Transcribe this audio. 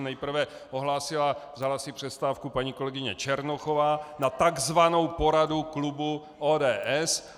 Nejprve ohlásila vzala si přestávku paní kolegyně Černochová na tzv. poradu klubu ODS.